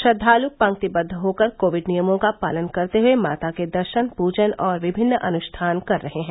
श्रद्वालू पंक्तिबद्व होकर कोविड नियमों का पालन करते हुए माता के दर्शन पूजन और विभिन्न अनुष्ठान कर रहे हैं